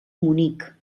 munic